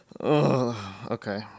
okay